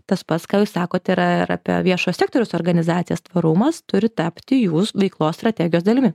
tas pats ką jūs sakot yra ir apie viešojo sektoriaus organizacijas tvarumas turi tapti jūs veiklos strategijos dalimi